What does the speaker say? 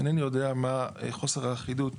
אינני יודע מה חוסר האחידות